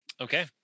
Okay